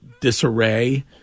disarray